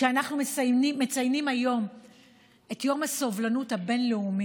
כשאנחנו מציינים היום את יום הסובלנות הבין-לאומי,